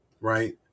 right